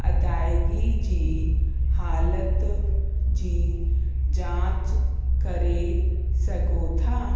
अदायगी जी हालति जी जांच करे सघो था